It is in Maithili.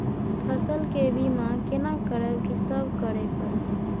फसल के बीमा केना करब, की सब करय परत?